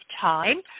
time